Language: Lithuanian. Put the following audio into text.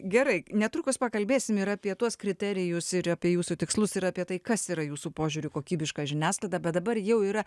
gerai netrukus pakalbėsim ir apie tuos kriterijus ir apie jūsų tikslus ir apie tai kas yra jūsų požiūriu kokybiška žiniasklaida bet dabar jau yra